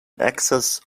excess